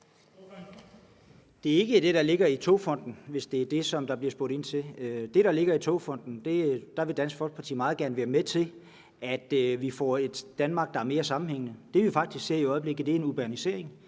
Det er ikke det, der ligger i Togfonden, hvis det er det, der bliver spurgt til. Det, der ligger i Togfonden, og som Dansk Folkeparti meget gerne vil være med til, er, at vi får et Danmark, der er mere sammenhængende. Det, vi faktisk ser i øjeblikket, er en urbanisering.